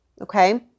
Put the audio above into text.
Okay